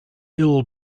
ill